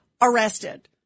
arrested